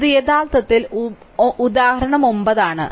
ഇത് യഥാർത്ഥത്തിൽ ഉദാഹരണം 9 ആണ്